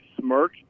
smirk